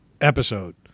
episode